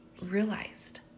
realized